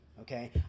okay